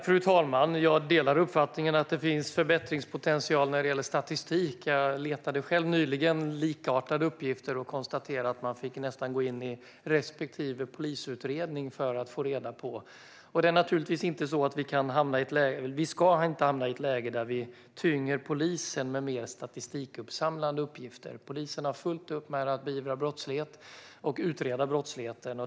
Fru talman! Jag delar uppfattningen att det finns förbättringspotential när det gäller statistik. Jag letade själv nyligen likartade uppgifter, och jag konstaterade att man nästan fick gå in i respektive polisutredning för att få fram uppgifter. Det är naturligtvis inte så att vi ska hamna i ett läge där vi tynger polisen med mer statistikuppsamlande uppgifter. Polisen har fullt upp med att beivra brottslighet och utreda brottslighet.